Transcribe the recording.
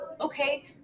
okay